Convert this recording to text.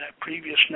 previous